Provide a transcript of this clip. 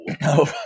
no